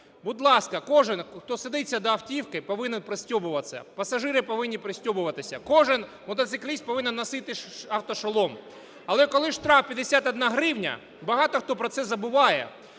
Будь ласка, кожен, хто сидиться до автівки повинен пристьобуватися. Пасажири повинні пристьобуватися. Кожен мотоцикліст повинен носити автошолом. Але коли штраф 51 гривня, багато хто про це забуває.